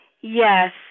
Yes